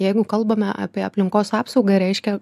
jeigu kalbame apie aplinkos apsaugą reiškia